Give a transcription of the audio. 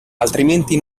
altrimenti